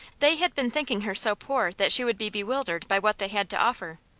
they had been thinking her so poor that she would be bewildered by what they had to offer.